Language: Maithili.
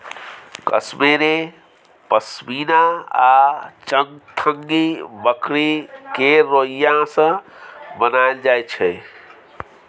कश्मेरे पश्मिना आ चंगथंगी बकरी केर रोइयाँ सँ बनाएल जाइ छै